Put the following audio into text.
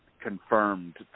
confirmed